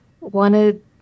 wanted